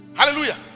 Hallelujah